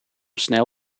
snel